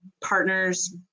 partners